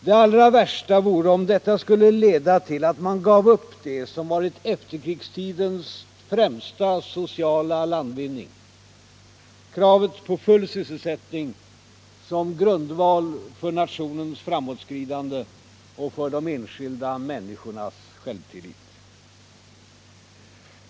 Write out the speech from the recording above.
Det allra värsta vore om detta skulle leda till att man gav upp det som varit efterkrigstidens främsta sociala landvinning: kravet på full sysselsättning som grundval för nationens framåtskridande och för de enskilda människornas självtillit.